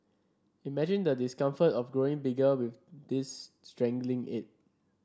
imagine the discomfort of growing bigger with this strangling it